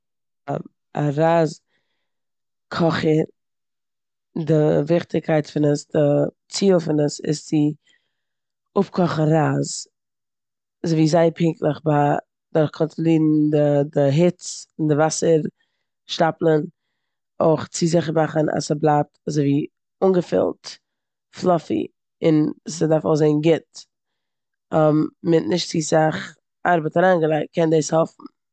א רייז קאכער- די וויכטיגקייט םון עס, די ציל פון עס איז צו אפקאכן רייז אזויווי זייער פונקטליך ביי- דורך קאנטראלירן די- די היץ און די וואסער שטאפלען. אויך צו זיכער מאכן אז ס'בליבט אזויווי אנגעפילט, פלאפי, און ס'דארף אויסזען גוט מיט נישט צו סאך ארבעט אריינגעלייגט, קען דאס העלפן.